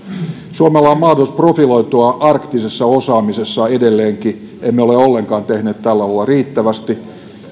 suomella on mahdollisuus profiloitua arktisessa osaamisessa edelleenkin emme ole ollenkaan tehneet tällä alalla riittävästi voi